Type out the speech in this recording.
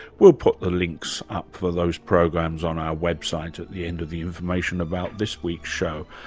we'll put the links up for those programs on our website at the end of the information about this week's show.